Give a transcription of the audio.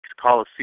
Coliseum